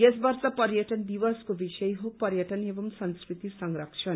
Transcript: यस वर्ष पर्यटन दिवसको विषय हो पर्यटन एवं संस्कृति संरक्षण